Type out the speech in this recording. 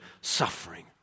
suffering